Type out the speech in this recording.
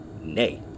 Nay